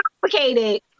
complicated